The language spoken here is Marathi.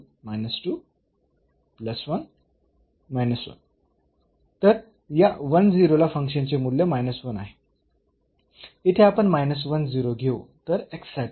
तर या ला फंक्शन चे मूल्य आहे येथे आपण घेऊ तर साठी